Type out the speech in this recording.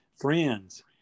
friends